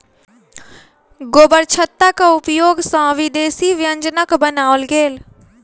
गोबरछत्ताक उपयोग सॅ विदेशी व्यंजनक बनाओल गेल